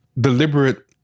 deliberate